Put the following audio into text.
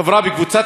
חברה בקבוצת